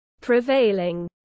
prevailing